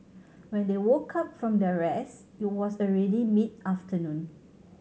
when they woke up from their rest it was already mid afternoon